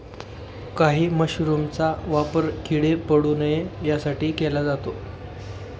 काही मशरूमचा वापर किडे पडू नये यासाठी केला जातो